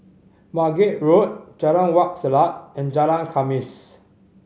Margate Road Jalan Wak Selat and Jalan Khamis